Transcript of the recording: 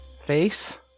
Face